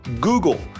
Google